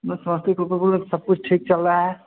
बस समस्तीपुर को सब कुछ ठीक चल रहा है